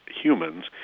humans